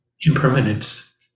impermanence